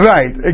Right